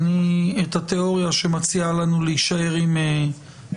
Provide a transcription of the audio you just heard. אני פותח את ישיבת הוועדה.